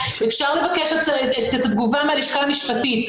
אפשר לבקש את התגובה מהלשכה המשפטית.